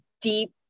deep